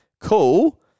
Cool